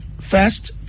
First